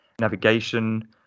navigation